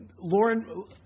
Lauren